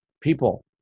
People